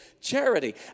charity